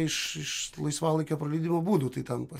iš iš laisvalaikio praleidimo būdų tai tampa